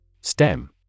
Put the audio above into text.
STEM